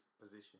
position